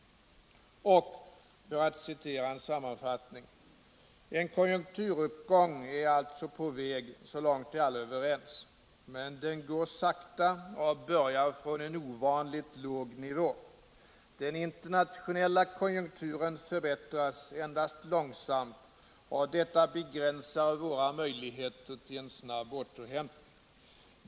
Jag kan citera en sammanfattning: ”En konjunkturuppgång är alltså på väg, så långt är alla överens. Men den går sakta och börjar från en ovanligt låg nivå. Den internationella konjunkturen förbättras endast långsamt, och detta begränsar våra möjligheter till en snabb återhämtning.